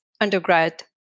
undergrad